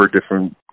different